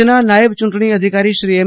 કચ્છના નાયબ ચુંટણી અધિકારી શ્રી એમ